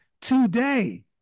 today